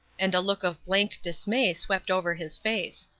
and a look of blank dismay swept over his face.